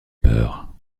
peur